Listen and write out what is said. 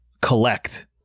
collect